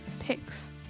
Picks